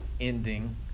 ending